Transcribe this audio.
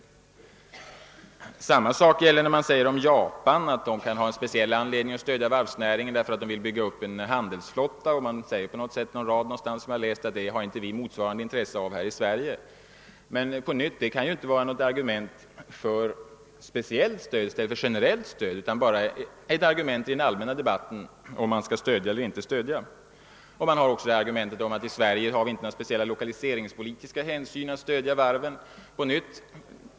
Detsamma gäller det argument, som jag har sett någonstans, att Japan kan ha en speciell anledning att stödja varvsnäringen, därför att man där är intresserad av att bygga upp en handelsflotta, men att vi här i Sverige inte har motsvarande intresse. Inte heller detta kan vara något argument för speciellt stöd i stället för generellt utan bara ett argument i den allmänna debatten huruvida man skall stödja varvsnäringen eller inte. Man anför också att vi i Sverige inte har några speciella lokaliseringspolitiska skäl att stödja varven.